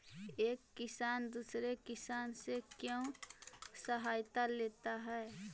एक किसान दूसरे किसान से क्यों सहायता लेता है?